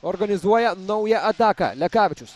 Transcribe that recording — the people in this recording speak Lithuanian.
organizuoja naują ataką lekavičius